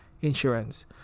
insurance